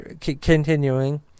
Continuing